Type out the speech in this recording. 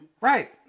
Right